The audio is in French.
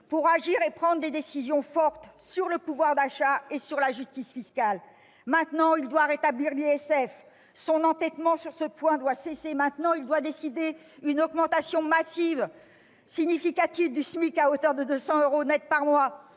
pour agir et prendre des décisions fortes sur le pouvoir d'achat et la justice fiscale. Maintenant, il doit rétablir l'ISF. Son entêtement sur ce point doit cesser. Maintenant, il doit décider une augmentation significative du SMIC, à hauteur de 200 euros nets par mois.